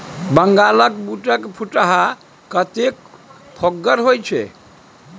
बंगालक बूटक फुटहा कतेक फोकगर होए छै